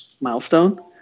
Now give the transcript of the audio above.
milestone